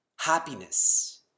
happiness